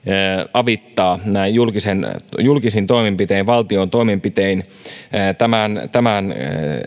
avittaa näin julkisin toimenpitein valtion toimenpitein tämän tämän